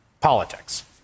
politics